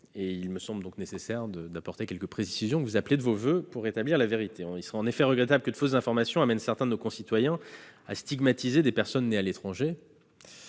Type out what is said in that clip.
Il me semble donc nécessaire d'apporter quelques précisions, que vous appelez de vos voeux, pour rétablir la vérité. Il serait en effet regrettable que de fausses informations amènent certains de nos concitoyens à stigmatiser des personnes nées à l'étranger